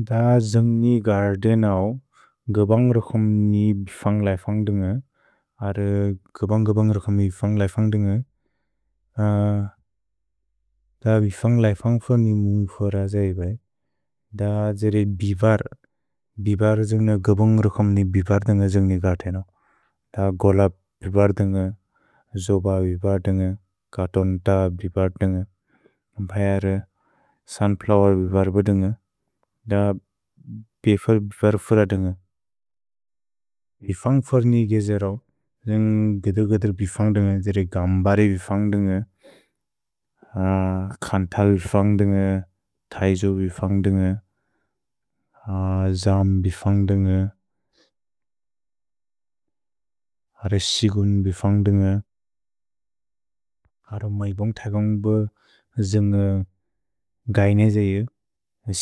अ जुन्ग्नि गर्देनौ गबन्ग्रक्सुम्नि बिफन्ग्लैफन्ग्दुन्ग, अर् गबन्ग्-गबन्ग्रक्सुम्नि बिफन्ग्लैफन्ग्दुन्ग। अ बिफन्ग्लैफन्ग् फ्नि मुन्ग् फ्र जेय्बे। अ जेरे बिवर्, बिवर् जुन्ग्न गबन्ग्रक्सुम्नि बिवर् दुन्ग जुन्ग्नि गर्देनौ। अ गोल बिवर् दुन्ग, जोब बिवर् दुन्ग, कतोन्त बिवर् दुन्ग, म्बयरे, सन्प्लौअ बिवर् बुदुन्ग। अ बिफन्ग्लैफन्ग् फ्नि गेजे रौ। जुन्ग् गेदुल्गेदुल् बिफन्ग्दुन्ग, जेरे गम्बरे बिफन्ग्दुन्ग, अ कन्तल् फन्ग्दुन्ग, तय्जो बिफन्ग्दुन्ग, जम् बिफन्ग्दुन्ग, अरे सिगुन् बिफन्ग्दुन्ग। अर् मैबोन्ग्तैगोन्ग्ब जुन्ग् गैने जेयो।